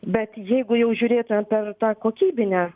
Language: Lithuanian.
bet jeigu jau žiūrėtumėm per tą kokybinę